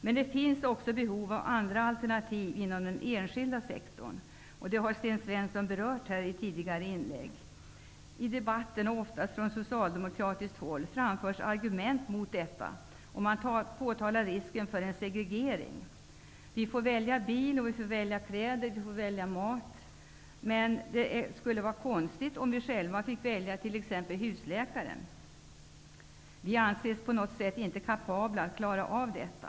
Men det finns också behov av alternativ inom den enskilda sektorn. Sten Svensson har berört den frågan i tidigare inlägg. I debatten, oftast från socialdemokratiskt håll, framförs argument mot att ha alternativ. Man påtalar risken för en segregering. Vi får välja bil, kläder och mat. Men det blir ''konstigt'' om vi själva får välja t.ex. husläkare. Vi anses på något sätt inte vara kapabla att klara av detta.